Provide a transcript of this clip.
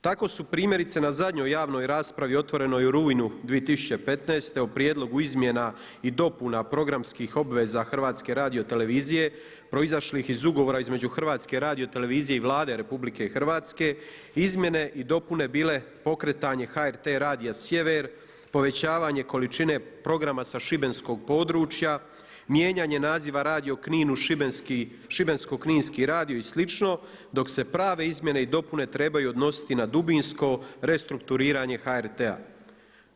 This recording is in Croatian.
Tako su primjerice na zadnjoj javnoj raspravi otvorenoj u rujnu 2015. o Prijedlogu izmjena i dopuna programskih obveza HRT-a proizašlih iz ugovora između HRT-a i Vlade RH, izmjene i dopune bile pokretanje HRT-a radija Sjever, povećavanje količine programa sa šibenskog područja, mijenjanja naziva Radio Knin u Šibensko-kninski radio i slično dok se prave izmjene i dopune trebaju odnositi na dubinsko restrukturiranje HRT-a.